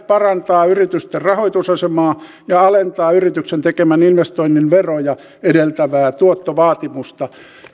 parantaa yritysten rahoitusasemaa ja alentaa yrityksen tekemän investoinnin veroja edeltävää tuottovaatimusta